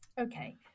Okay